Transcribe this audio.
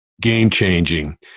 game-changing